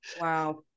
wow